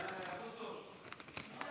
תודה